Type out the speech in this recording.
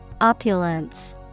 Opulence